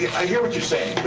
i hear what you're saying.